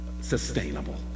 sustainable